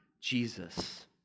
Jesus